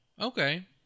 Okay